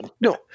No